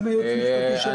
גם הייעוץ המשפטי של הוועדה.